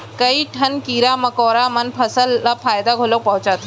कई ठन कीरा मकोड़ा मन फसल ल फायदा घलौ पहुँचाथें